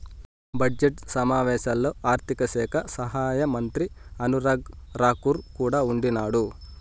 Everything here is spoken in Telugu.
బడ్జెట్ సమావేశాల్లో ఆర్థిక శాఖ సహాయమంత్రి అనురాగ్ రాకూర్ కూడా ఉండిన్నాడు